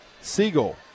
Siegel